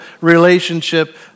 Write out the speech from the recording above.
relationship